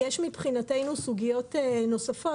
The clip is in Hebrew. יש מבחינתנו סוגיות נוספות